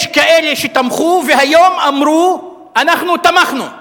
יש כאלה שתמכו והיום אמרו: אנחנו תמכנו,